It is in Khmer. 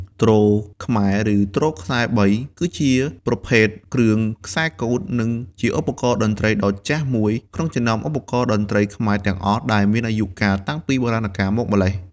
ទ្រខ្មែរ ឬទ្រខ្សែ៣ គឺជាប្រភេទគ្រឿងខ្សែកូតនិងជាឧបករណ៍តន្ត្រីដ៏ចាស់មួយក្នុងចំណោមឧបករណ៍តន្ត្រីខ្មែរទាំងអស់ដែលមានអាយុកាលតាំងពីបុរាណកាលមកម្ល៉េះ។